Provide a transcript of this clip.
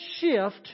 shift